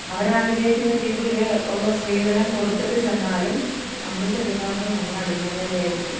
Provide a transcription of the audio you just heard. അവരാഗ്രഹിക്കുന്ന രീതിയിൽ ഉള്ള സ്ത്രീധനം കൊടുത്തിട്ട് ചെന്നാലും നമ്മള് ചെല്ലുന്ന ഇടത്ത് നമ്മള് അടിമ വേലയായിരിക്കും